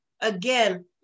again